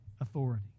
authority